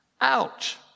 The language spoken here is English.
Ouch